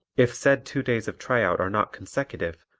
if said two days of tryout are not consecutive,